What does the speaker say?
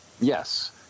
Yes